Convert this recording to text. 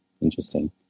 Interesting